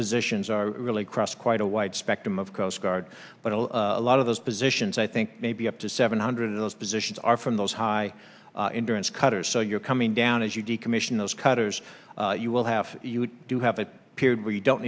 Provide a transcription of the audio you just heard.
positions are really cross quite a wide spectrum of coast guard but a lot of those positions i think maybe up to seven hundred in those positions are from those high insurance cutters so you're coming down as you decommission those cutters you will have you do have a period where you don't